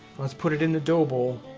let's put it in the dough bowl